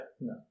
no